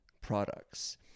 products